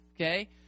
okay